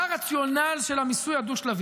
מה הרציונל של המיסוי הדו-שלבי?